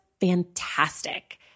fantastic